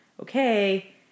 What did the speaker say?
okay